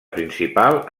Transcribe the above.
principal